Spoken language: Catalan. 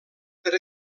per